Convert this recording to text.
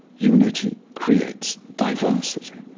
unity creates diversity.